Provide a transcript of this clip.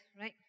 right